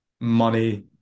money